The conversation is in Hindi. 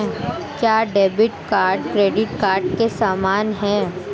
क्या डेबिट कार्ड क्रेडिट कार्ड के समान है?